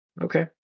okay